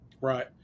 Right